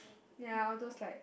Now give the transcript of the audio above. ya all those like